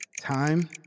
Time